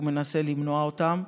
והוא מנסה למנוע אותם.